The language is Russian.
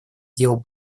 дел